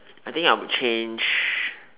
I think I would change